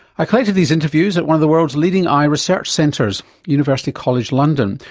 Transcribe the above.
i collected these interviews at one of the world's leading eye research centres, university college london,